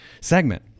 segment